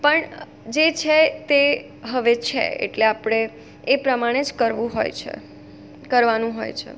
પણ જે છે તે હવે છે એટલે આપણે એ પ્રમાણે જ કરવું હોય છે કરવાનું હોય છે